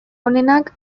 honenak